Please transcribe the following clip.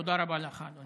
תודה רבה לך, אדוני.